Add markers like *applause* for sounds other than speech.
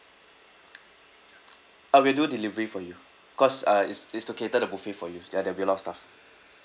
*noise* *noise* ah we'll do delivery for you cause uh it's it's to cater the buffet for you there there'll be a lot of stuff